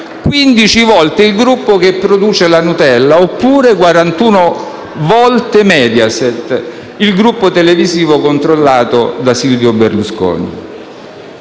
15 volte quelli del gruppo che produce la Nutella, oppure 41 volte quelli di Mediaset, il gruppo televisivo controllato da Silvio Berlusconi.